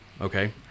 Okay